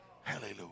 Hallelujah